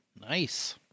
Nice